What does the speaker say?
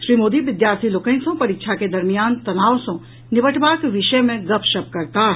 श्री मोदी विद्यार्थी लोकनि सँ परीक्षा के दरमियान तनाव सँ निपटबाक विषय मे गपशप करताह